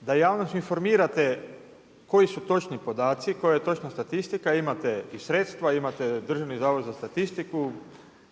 da javnost informirate, koji su točni podaci, koja je točna statistika. Imate i sredstva, imate Držani zavod za statistiku,